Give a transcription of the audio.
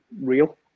real